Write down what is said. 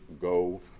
go